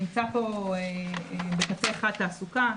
נמצא פה בקצה אחד תעסוקה,